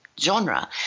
Genre